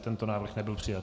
Tento návrh nebyl přijat.